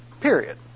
period